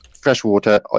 freshwater